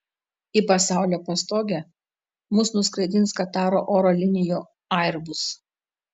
į pasaulio pastogę mus nuskraidins kataro oro linijų airbus